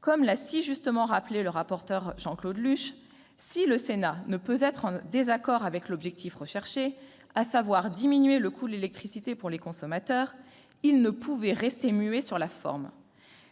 Comme l'a si justement rappelé le rapporteur Jean-Claude Luche, si le Sénat ne peut être en désaccord avec l'objectif poursuivi, à savoir diminuer le coût de l'électricité pour les consommateurs, il ne pouvait rester muet sur la forme :